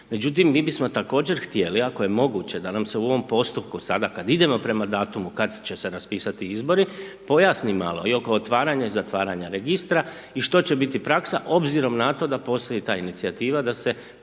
Međutim, mi bismo također htjeli, ako je moguće, da nam se u ovom postupku sada kad idemo prema datumu kad će se raspisati izbori, pojasni malo i oko otvaranja i zatvaranja registra i što će biti praksa obzirom na to da postoji ta inicijativa da se praktički